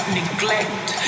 neglect